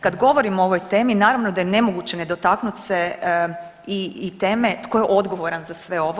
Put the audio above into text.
Kad govorimo o ovoj temi, naravno da je nemoguće ne dotaknuti se i teme tko je odgovoran za sve ovo.